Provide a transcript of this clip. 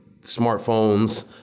smartphones